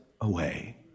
away